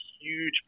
huge